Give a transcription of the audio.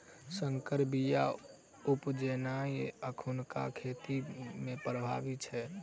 सँकर बीया उपजेनाइ एखुनका खेती मे प्रभावी छै